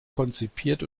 konzipiert